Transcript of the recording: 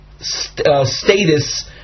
status